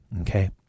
okay